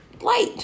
light